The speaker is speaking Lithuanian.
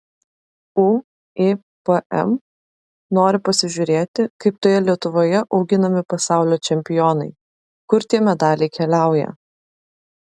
uipm nori pasižiūrėti kaip toje lietuvoje auginami pasaulio čempionai kur tie medaliai keliauja